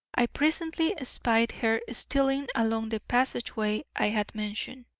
i presently espied her stealing along the passageway i have mentioned,